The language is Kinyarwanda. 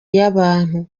y’abantu